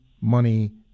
money